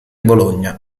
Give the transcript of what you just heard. bologna